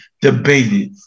debated